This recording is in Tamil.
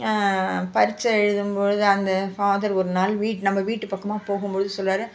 பரிட்ச்சை எழுதும் பொழுது அந்த ஃபாதர் ஒரு நாள் வீட்டு நம்ம வீட்டு பக்கமாக போகும் பொழுது சொல்கிறாரு